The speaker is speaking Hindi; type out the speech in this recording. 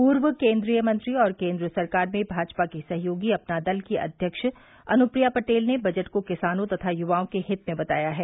पूर्व केंद्रीय मंत्री और केन्द्र सरकार में भाजपा की सहयोगी अपना दल की अध्यक्ष अनुप्रिया पटेल ने बजट को किसानों तथा य्वाओं के हित में बताया है